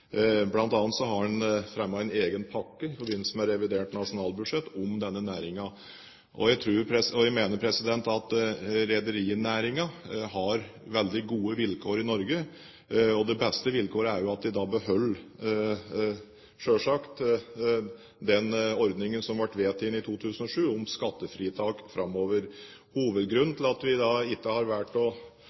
har man fremmet en egen pakke i forbindelse med revidert nasjonalbudsjett om denne næringen. Jeg mener at rederinæringen har veldig gode vilkår i Norge. Det beste vilkåret er at de selvsagt beholder den ordningen som ble vedtatt i 2007 om skattefritak framover. Hovedgrunnen til at vi ikke har valgt å